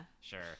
Sure